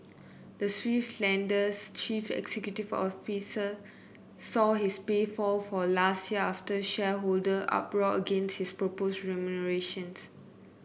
the Swiss lender's chief executive officer saw his pay fall for last year after shareholder uproar against his proposed remunerations